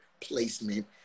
placement